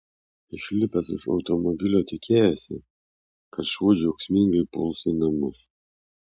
išlipęs iš automobilio tikėjosi kad šuo džiaugsmingai puls į namus